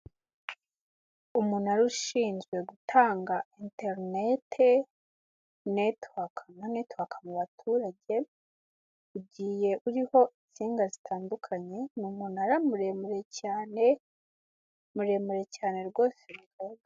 Umunara ushinzwe gutanga interinete netiwaka, netiwaka mu baturage ugiye uriho insinga zitandukanye ni umunara muremure cyane muremure cyane rwose bishoboka.